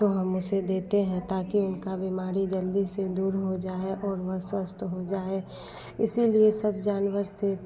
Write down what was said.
तो हम उसे देते हैं ताकि उनकी बीमारी जल्दी से दूर हो जाए और वह स्वस्थ हो जाए इसीलिए सब जानवर से